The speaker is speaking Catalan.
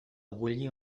bulli